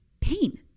pain